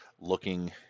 looking